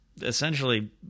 essentially